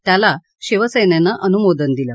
त्याला शिवसेनेनं अनुमोदन दिलं